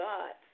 God